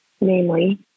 namely